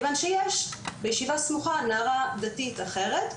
כיוון שיש בישיבה סמוכה נערה דתייה אחרת,